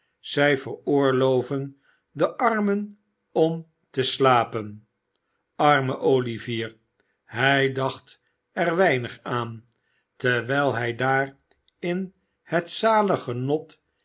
zij veroorloven den armen om te slapen arme olivier hij dacht er weinig aan terwijl hij daar in het zalig genot